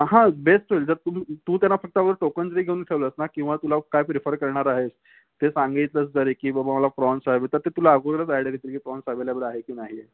हां बेस्ट होईल जर तू तू त्यांना फक्त आपलं टोकन जरी घेऊन ठेवलंस ना किंवा तुला काय प्रेफर करणार आहेस ते सांगितलंस तरी की बाबा मला प्रॉन्स हवे आहेत तर ते तुला अगोदरच आयडिया देतील की प्रॉन्स अवेलेबल आहे की नाही आहे